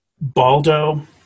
Baldo